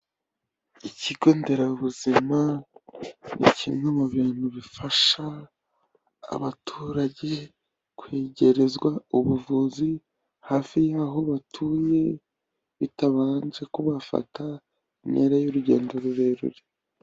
Ikigo nderabuzima ni kimwe mu bintu bifasha abaturage kwegerezwa ubuvuzi hafi y'aho batuye bitabanje kubafata intera y'urugendo rurerure.